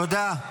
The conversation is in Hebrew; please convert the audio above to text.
תודה.